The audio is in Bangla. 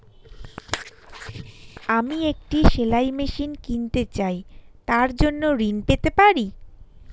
আমি একটি সেলাই মেশিন কিনতে চাই তার জন্য ঋণ পেতে পারি?